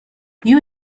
you